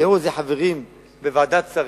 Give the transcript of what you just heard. והעירו על זה חברים בוועדת שרים,